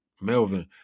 Melvin